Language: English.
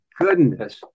goodness